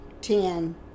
Ten